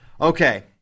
Okay